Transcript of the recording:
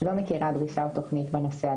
דרישה או תוכנית בנושא.